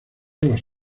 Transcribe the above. los